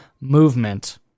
movement